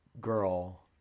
Girl